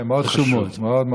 זה חשוב מאוד.